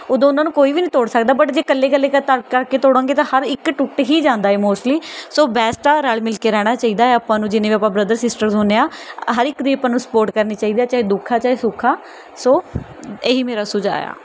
ਉਦੋਂ ਉਹਨਾਂ ਨੂੰ ਕੋਈ ਵੀ ਨਹੀਂ ਤੋੜ ਸਕਦਾ ਬਟ ਜੇ ਇਕੱਲੇ ਇਕੱਲੇ ਕਰ ਕਰਕੇ ਤੋੜਾਂਗੇ ਤਾਂ ਹਰ ਇੱਕ ਟੁੱਟ ਹੀ ਜਾਂਦਾ ਹੈ ਮੋਸਟਲੀ ਸੋ ਬੈਸਟ ਆ ਰਲ ਮਿਲ ਕੇ ਰਹਿਣਾ ਚਾਹੀਦਾ ਆਪਾਂ ਨੂੰ ਜਿੰਨੀ ਵੀ ਆਪਾਂ ਬ੍ਰਦਰ ਸਿਸਟਰਸ ਹੁੰਦੇ ਆ ਹਰ ਇੱਕ ਦੀ ਆਪਾਂ ਨੂੰ ਸਪੋਰਟ ਕਰਨੀ ਚਾਹੀਦੀ ਹੈ ਚਾਹੇ ਦੁੱਖ ਆ ਚਾਹੇ ਸੁੱਖ ਆ ਸੋ ਇਹੀ ਮੇਰਾ ਸੁਝਾਅ ਆ